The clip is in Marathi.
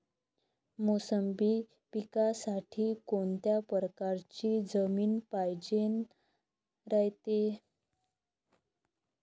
मोसंबी पिकासाठी कोनत्या परकारची जमीन पायजेन रायते?